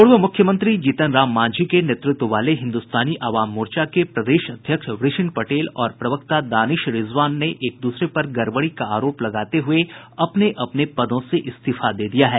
पूर्व मुख्यमंत्री जीतन राम मांझी के नेतृत्व वाले हिन्दुस्तानी अवाम मोर्चा के प्रदेश अध्यक्ष वृषिण पटेल और प्रवक्ता दानिश रिजवान ने एक दूसरे पर गड़बड़ी का आरोप लगाते हुए अपने अपने पदों से इस्तीफा दे दिया है